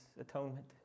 atonement